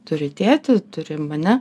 turi tėtį turi mane